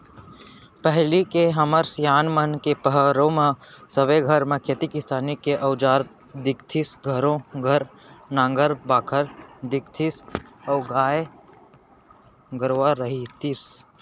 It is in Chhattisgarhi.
पहिली के हमर सियान मन के पहरो म सबे घर म खेती किसानी के अउजार दिखतीस घरों घर नांगर बाखर दिखतीस अउ गाय गरूवा रहितिस